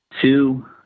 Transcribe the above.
Two